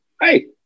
Hey